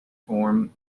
form